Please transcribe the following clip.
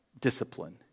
discipline